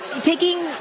taking